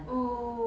oh